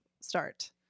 start